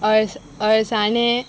अळस अळसाणे